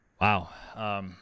Wow